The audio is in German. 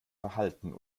verhalten